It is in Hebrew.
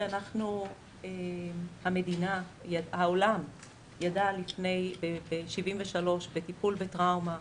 מה שהעולם ידע לפני 1973 על טיפול בטראומה,